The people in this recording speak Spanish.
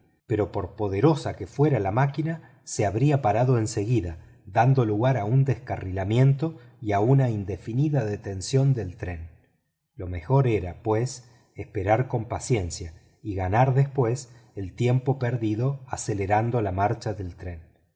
pero por poderosa que fuera la máquina se habría parado en seguida dando lugar a un descarrilamiento y a una indefinida detención del tren lo mejor era pues esperar con paciencia y ganar después el tiempo perdido acelerando la marcha del tren